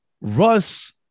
Russ